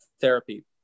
therapy